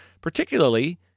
particularly